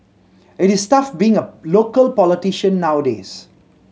it is tough being a local politician nowadays